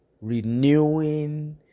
renewing